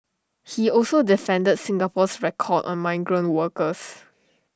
he also defended Singapore's record on migrant workers